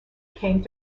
came